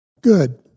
Good